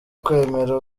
kwemera